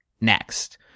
next